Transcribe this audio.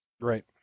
Right